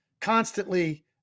constantly